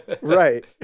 right